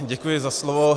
Děkuji za slovo.